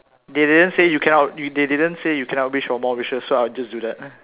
they didn't say you cannot they didn't say you cannot wish for more wishes so I just do that